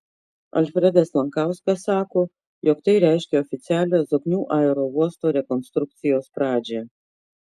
alfredas lankauskas sako jog tai reiškia oficialią zoknių aerouosto rekonstrukcijos pradžią